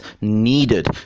needed